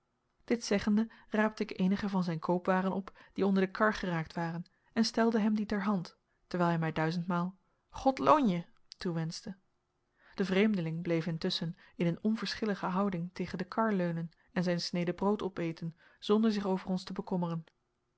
dit zeggende raapte ik eenige van zijn koopwaren op die onder de kar geraakt waren en stelde hem die ter hand terwijl hij mij duizendmaal god loonje toewenschte de vreemdeling bleef intusschen in een onverschillige houding tegen de kar leunen en zijn snede brood opeten zonder zich over ons te bekommeren